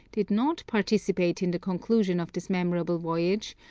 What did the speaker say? did not participate in the conclusion of this memorable voyage,